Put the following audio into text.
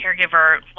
caregiver